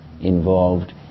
involved